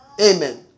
Amen